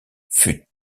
fut